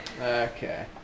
okay